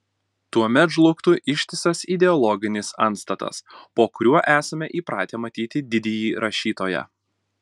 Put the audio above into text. tuomet žlugtų ištisas ideologinis antstatas po kuriuo esame įpratę matyti didįjį rašytoją